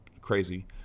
crazy